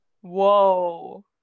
Whoa